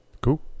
Cool